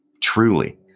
truly